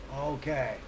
Okay